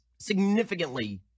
significantly